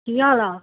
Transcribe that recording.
ਕੀ ਹਾਲ ਆ